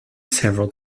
several